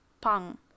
Pang